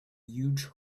huge